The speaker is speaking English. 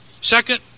Second